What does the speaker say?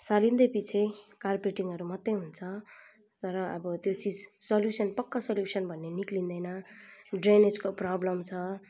सालै पछि कार्पेटिङहरू मात्र हुन्छ तर अब त्यो चिज सल्युसन पक्का सल्युसन भने निस्कँदैन ड्रेनेजको प्रब्लम छ